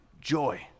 Joy